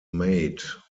made